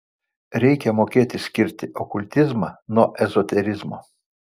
reikia mokėti skirti okultizmą nuo ezoterizmo